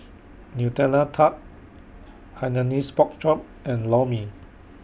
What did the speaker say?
Nutella Tart Hainanese Pork Chop and Lor Mee